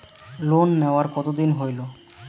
Loan নেওয়ার কতদিন হইল?